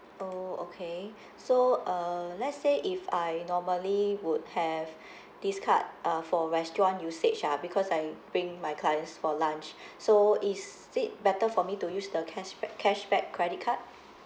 oh okay so uh let's say if I normally would have this card uh for restaurant usage ah because I bring my clients for lunch so is it better for me to use the cashback cashback credit card